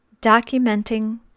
documenting